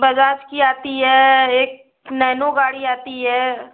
बजाज की आती है एक नैनो गाड़ी आती है